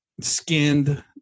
skinned